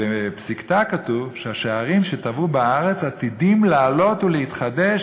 בפסיקתא כתוב שהשערים שטבעו בארץ עתידים לעלות ולהתחדש,